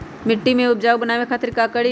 मिट्टी के उपजाऊ बनावे खातिर का करी?